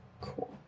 cool